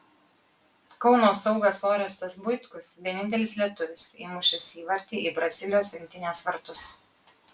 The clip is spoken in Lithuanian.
kauno saugas orestas buitkus vienintelis lietuvis įmušęs įvartį į brazilijos rinktinės vartus